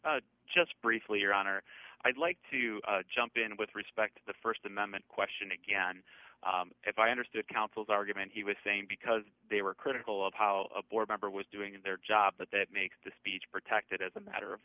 for just briefly your honor i'd like to jump in with respect to the st amendment question again if i understood counsel's argument he was saying because they were critical of how a board member was doing their job but that makes the speech protected as a matter of